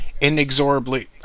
inexorably